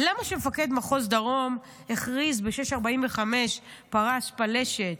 כשמפקד מחוז דרום הכריז ב-06:45 "פרש פלשת",